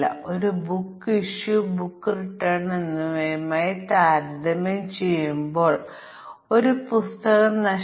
അതിനാൽ negative test കേസുകളും പരിഗണിക്കുമ്പോൾ ഞങ്ങൾ 6n1 നൽകേണ്ടതുണ്ട്